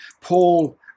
Paul